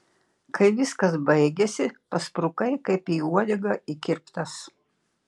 kai viskas baigėsi pasprukai kaip į uodegą įkirptas